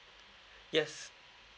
yes